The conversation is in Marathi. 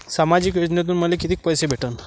सामाजिक योजनेतून मले कितीक पैसे भेटन?